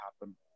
happen